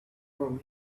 from